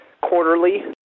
quarterly